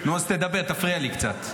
אז אני מדבר איתך על זה.